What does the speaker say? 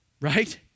right